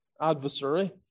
adversary